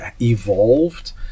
evolved